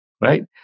Right